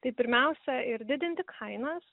tai pirmiausia ir didinti kainas